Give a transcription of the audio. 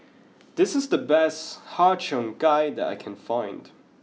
this is the best Har Cheong Gai that I can find